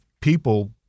people